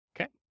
okay